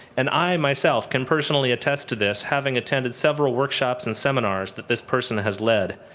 and i myself can personally attest to this, having attended several workshops and seminars that this person has led,